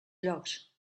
llocs